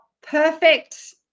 perfect